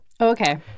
Okay